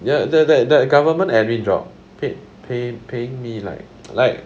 ya that that the government admin job pay pay pay me like like